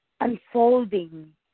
unfolding